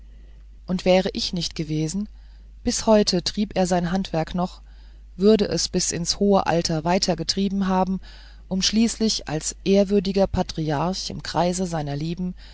und wäre ich nicht gewesen bis heute triebe er sein handwerk noch würde es bis ins hohe alter weiterbetrieben haben um schließlich als ehrwürdiger patriarch im kreise seiner lieben